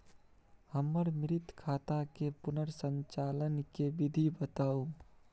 हमर मृत खाता के पुनर संचालन के विधी बताउ?